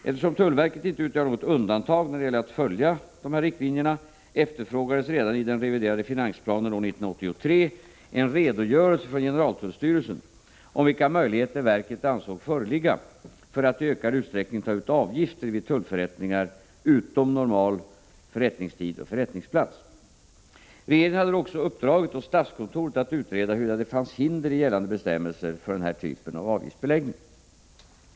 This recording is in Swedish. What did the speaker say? Eftersom tullverket inte utgör något undantag när det gäller att följa dessa riktlinjer, efterfrågades redan i den reviderade finansplanen år 1983 en redogörelse från generaltullstyrelsen om vilka möjligheter verket ansåg föreligga för att i ökad utsträckning ta ut avgifter vid tullförrättningar utom normal förrättningstid och förrättningsplats. Regeringen hade då också uppdragit åt statskontoret att utreda huruvida det fanns hinder i gällande bestämmelser för denna typ av avgiftsbeläggning.